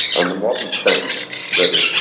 and the modern stance that it's